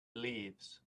leaves